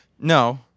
No